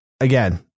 again